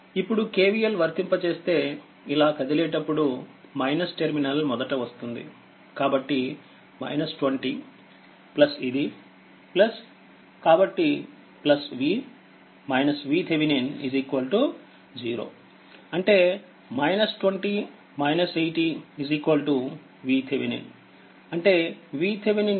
ఇప్పుడు KVL వర్తింపజేస్తే ఇలాకదిలేటప్పుడు టెర్మినల్ మొదట వస్తుంది కాబట్టి 20 ఇదికాబట్టి V VThevenin 0అంటే 20 80 VTheveninఅంటే VThevenin 100వోల్ట్